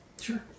Sure